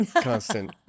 Constant